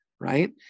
right